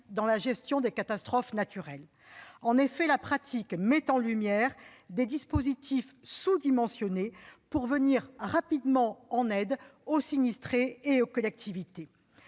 dans la gestion des catastrophes naturelles. En effet, la pratique met en lumière des dispositifs sous-dimensionnés pour venir rapidement en aide aux sinistrés et aux collectivités.